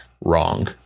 wrong